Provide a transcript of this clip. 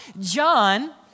John